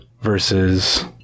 versus